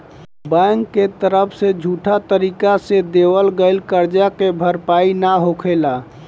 bank के तरफ से झूठा तरीका से देवल गईल करजा के भरपाई ना होखेला